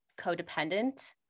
codependent